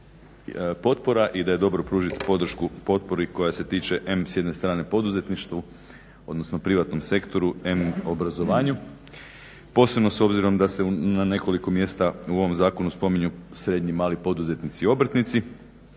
potpora i da je dobro pružiti podršku potpori koja se tiče em s jedne strane poduzetništvu odnosno privatnom sektoru em obrazovanju, posebno s obzirom da se na nekoliko mjesta u ovom zakonu spominju srednji i mali poduzetnici i obrtnici.